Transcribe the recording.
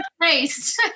Nice